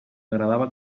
agradava